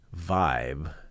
vibe